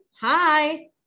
hi